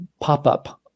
pop-up